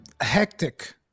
hectic